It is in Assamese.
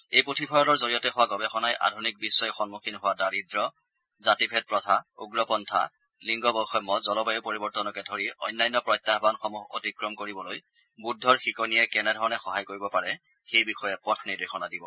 এই পুথিভঁৰালৰ জৰিয়তে হোৱা গৱেষণাই আধুনিক বিধই সন্মুখীন হোৱা দাৰিদ্ৰ জাতিভেদ প্ৰথা উগ্ৰপন্থা লিংগ বৈষম্য জলবায়ু পৰিৱৰ্তনকে ধৰি অন্যান্য প্ৰত্যায়ানসমূহ অতিক্ৰম কৰিবলৈ বুদ্ধৰ শিকনিয়ে কেনে ধৰণে সহায় কৰিব পাৰে সেই বিষয়ে পথ নিৰ্দেশনা দিব